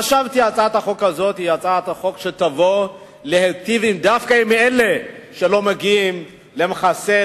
חשבתי שהצעת החוק הזאת תבוא להיטיב דווקא עם אלה שלא מגיעים למחסה,